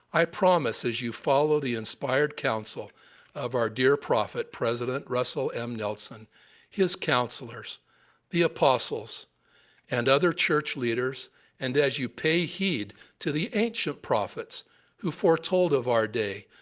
i promise as you follow the inspired counsel of our dear prophet, president russell m. nelson his counselors the apostles and other church leaders and as you pay heed to the ancient prophets who foretold of our day,